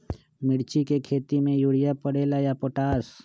मिर्ची के खेती में यूरिया परेला या पोटाश?